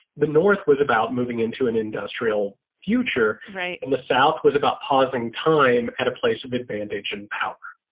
the north was about moving into an industrial future. right. and the south was about pausing time at a place of advantage and power